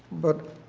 but